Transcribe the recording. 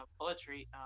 poetry